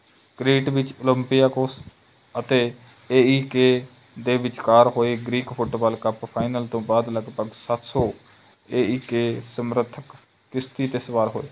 Crete ਵਿੱਚ Olympiacos ਅਤੇ A E K ਦੇ ਵਿਚਕਾਰ ਹੋਏ ਗ੍ਰੀਕ ਫੁੱਟਬਾਲ ਕੱਪ ਫਾਈਨਲ ਤੋਂ ਬਾਅਦ ਲਗਭਗ ਸੱਤ ਸੌ ਏ ਈ ਕੇ ਸਮਰਥਕ ਕਿਸ਼ਤੀ 'ਤੇ ਸਵਾਰ ਹੋਏ